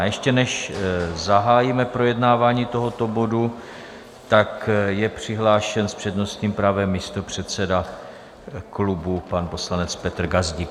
Ještě než zahájíme projednávání tohoto bodu, je přihlášen s přednostním právem místopředseda klubu, pan poslanec Petr Gazdík.